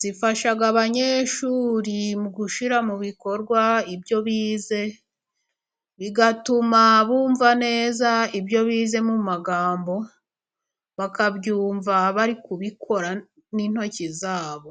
zifasha abanyeshuri mu gushyira mu bikorwa ibyo bize, bigatuma bumva neza ibyo bize mu magambo, bakabyumva bari kubikora n'intoki zabo.